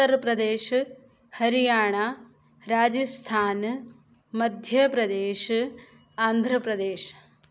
Uttar Pradesh Haryana Rajasthan Madhya Pradesh Andhra Pradesh